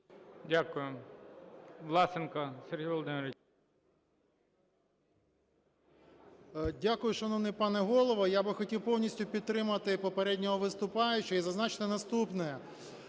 Дякую. Власенко Сергій Володимирович. 16:55:59 ВЛАСЕНКО С.В. Дякую, шановний пане Голово. Я би хотів повністю підтримати попереднього виступаючого і зазначити наступне.